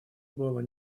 было